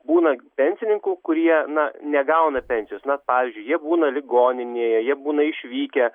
būna pensininkų kurie na negauna pensijos na pavyzdžiui jie būna ligoninėje jie būna išvykę